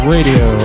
Radio